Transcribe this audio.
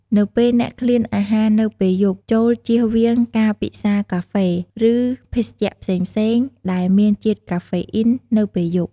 នៅពេលអ្នកឃ្លានអាហារនៅពេលយប់ ចូរជៀសវាងការពិសារកាហ្វេ ឬភេសជ្ជះផ្សេងៗដែលមានជាតិកាហ្វេអ៊ីននៅពេលយប់។